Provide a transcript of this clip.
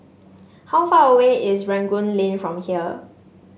how far away is Rangoon Lane from here